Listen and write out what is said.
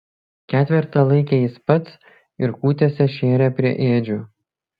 ketvertą laikė jis pats ir kūtėse šėrė prie ėdžių